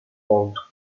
called